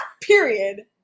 period